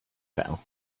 fell